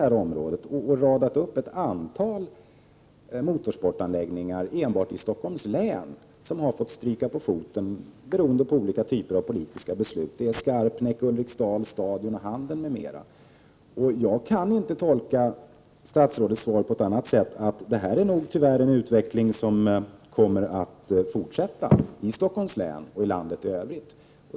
Jag har räknat upp ett antal motorsportanläggningar enbart i Stockholms län, vilka har fått stryka på foten till följd av olika typer av politiska beslut: Skarpnäck, Ulriksdal, Stockholms stadion, Handen m.fl. Jag kan inte tolka statsrådets svar på annat sätt än att detta tyvärr är den utveckling som kommer att fortsätta i Stockholms län och i landet i övrigt.